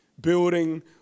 building